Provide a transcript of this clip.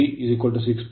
03 6